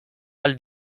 ahal